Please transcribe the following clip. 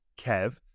Kev